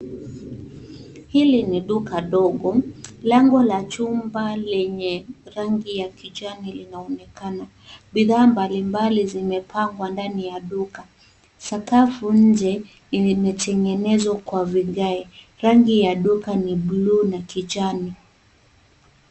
Hili ni duka ndogo. Lango la chumba lenye rangi ya kijani inaonekana. Bidhaa mbalimbali zimepangwa ndani ya duka. Sakafu nje imetengenezwa kwa vigae. Rangi ya duka ni blue na kijani.